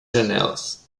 janelas